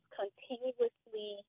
continuously